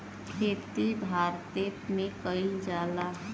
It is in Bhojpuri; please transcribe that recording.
खेती भारते मे कइल जाला